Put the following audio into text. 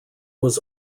was